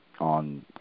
on